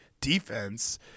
defense